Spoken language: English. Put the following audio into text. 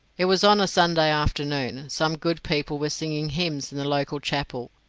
it was on a sunday afternoon some good people were singing hymns in the local chapel,